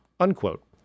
unquote